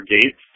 Gates